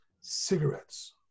Cigarettes